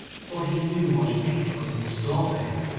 for he knew what fate was in store for him.